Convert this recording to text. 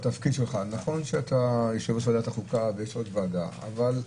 נכון שאתה יושב-ראש ועדת החוקה ויש עוד ועדה אחת,